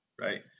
Right